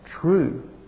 true